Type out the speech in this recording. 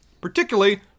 particularly